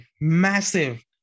massive